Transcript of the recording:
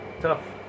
tough